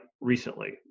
recently